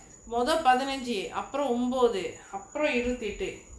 மொத பதினஞ்சு அப்புறம் ஒம்போது அப்புறம் இருவத்தெட்டு:motha pathinanju appuram ombathu appuram iruvathettu